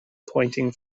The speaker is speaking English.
pointing